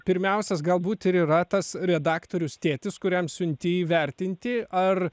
pirmiausias galbūt ir yra tas redaktorius tėtis kuriam siunti įvertinti ar